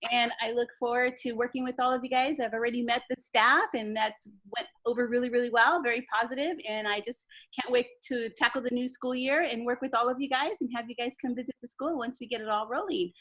and i look forward to working with all of the guys. i've already met the staff and that went over really, really well, very positive. and i just can't wait to tackle the new school year and work with all of you guys and have you guys come visit the school once we get it all rolling.